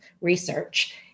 research